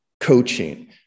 coaching